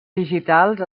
digitals